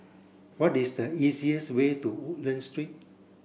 what is the easiest way to Woodlands Street